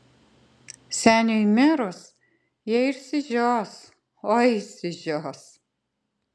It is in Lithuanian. seniui mirus jie išsižios oi išsižios